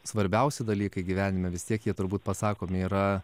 svarbiausi dalykai gyvenime vis tiek jie turbūt pasakomi yra